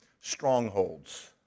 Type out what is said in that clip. strongholds